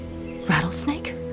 Rattlesnake